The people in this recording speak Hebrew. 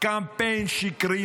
קמפיין שקרי?